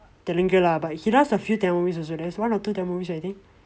telungu lah but he does a few tamil movie also there's one or two tamil movies I think